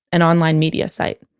an online media site.